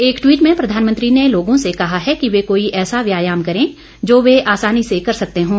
एक ट्वीट में प्रधानमंत्री ने लोगों से कहा है कि वे कोई ऐसा व्यायाम करें जो वे आसानी से कर सकते हों